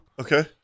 Okay